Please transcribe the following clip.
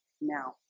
now